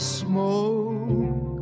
smoke